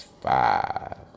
five